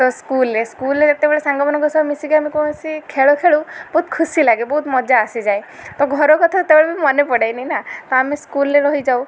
ତ ସ୍କୁଲରେ ସ୍କୁଲରେ ଯେତେବେଳେ ସାଙ୍ଗମାନଙ୍କ ସହ ମିଶିକି ଆମେ କୌଣସି ଖେଳ ଖେଳୁ ବହୁତ ଖୁସି ଲାଗେ ବହୁତ ମଜା ଆସିଯାଏ ତ ଘର କଥା ସେତେବେଳେ ବି ମନେ ପଡ଼େନି ନା ତ ଆମେ ସ୍କୁଲରେ ରହିଯାଉ